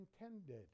intended